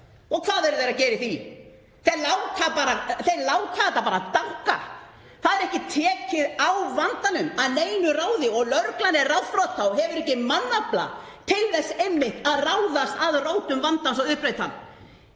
og hvað eru þeir að gera í því? Þeir láta þetta bara danka. Það er ekki tekið á vandanum að neinu ráði og lögreglan er ráðþrota og hefur ekki mannafla til þess einmitt að ráðast að rótum vandans og uppræta